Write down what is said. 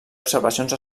observacions